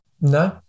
no